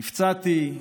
נפצעתי,